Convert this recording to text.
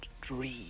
dream